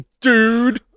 Dude